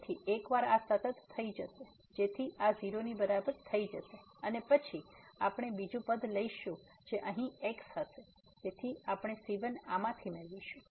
તેથી એકવાર આ સતત થઈ જશે જેથી આ 0 ની બરાબર થઈ જશે અને પછી આપણે બીજુ પદ લઈશું જે અહીં x હશે તેથી આપણે c1 આમાંથી મેળવીશું